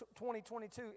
2022